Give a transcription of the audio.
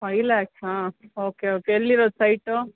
five ಲ್ಯಾಕ್ಸಾ okay okay ಎಲ್ಲಿರೋದು site